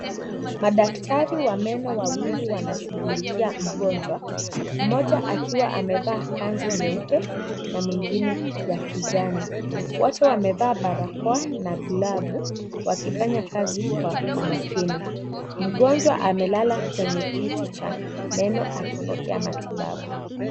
Madktari wa meno wawili wanashughulikia mgonjwa mmoja akiwa amevaa kanzu nyeupe na mwingine ya kijani. wote wamevaa barakoa na glavu wakifanya kazi kwa umakini mgonjwa amelala kwenye kiti cha meno akipokea matibabu.